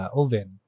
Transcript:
oven